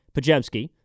Pajemski